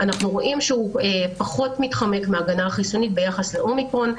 אנחנו רואים שהוא פחות מתחמק מההגנה החיסונית ביחס לאומיקרון,